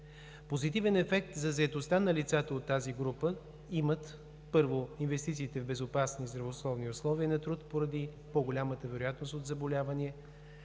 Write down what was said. Позитивен ефект за заетостта на лицата от тази група имат, първо, инвестициите за безопасни и здравословни условия на труд поради по-голямата вероятност от заболявания.